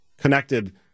Connected